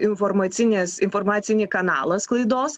informacinės informacinį kanalą sklaidos